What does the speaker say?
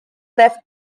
left